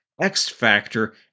X-Factor